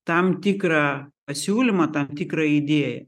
tam tikrą pasiūlymą tam tikrą idėją